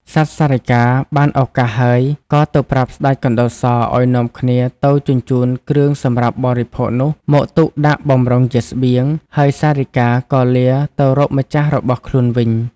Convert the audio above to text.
សត្វសារិកា បានឱកាសហើយ ក៏ទៅប្រាប់ស្ដេចកណ្ដុរសឲ្យនាំគ្នាទៅជញ្ជូនគ្រឿងសម្រាប់បរិភោគនោះ មក ទុកដាក់បម្រុងជាស្បៀង ហើយសារិកាក៏លាទៅរកម្ចាស់របស់ខ្លួនវិញ ។